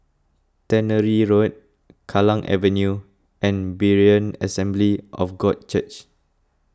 Tannery Road Kallang Avenue and Berean Assembly of God Church